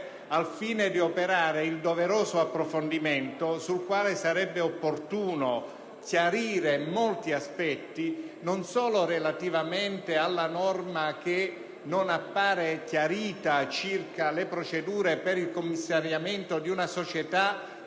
al fine di operare il doveroso approfondimento, con il quale sarebbe opportuno chiarire molti aspetti: non solo relativamente alla norma, che non appare chiarita, circa le procedure per il commissariamento di una società